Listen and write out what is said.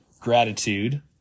gratitude